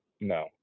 no